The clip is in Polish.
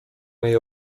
mej